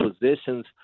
positions